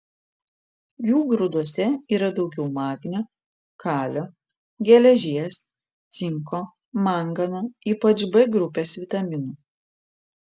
jų grūduose yra daugiau magnio kalio geležies cinko mangano ypač b grupės vitaminų